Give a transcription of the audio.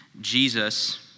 Jesus